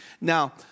Now